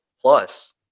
plus